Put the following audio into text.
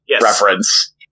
reference